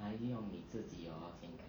来用你自己 hor 健康